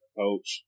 coach